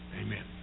Amen